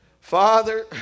Father